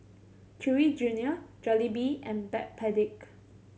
Chewy Junior Jollibee and Backpedic